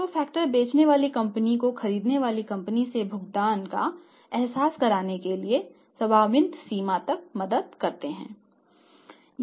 तो फैक्टर बेचने वाली कंपनी को खरीदने वाली कंपनी से भुगतान का एहसास करने के लिए संभावित सीमा तक मदद करते हैं